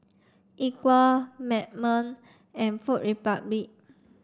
Equal Magnum and Food Republic